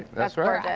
that's right.